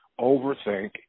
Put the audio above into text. overthink